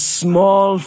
small